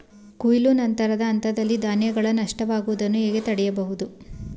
ಕೊಯ್ಲು ನಂತರದ ಹಂತದಲ್ಲಿ ಧಾನ್ಯಗಳ ನಷ್ಟವಾಗುವುದನ್ನು ಹೇಗೆ ತಡೆಯಬಹುದು?